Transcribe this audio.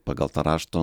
pagal tą raštą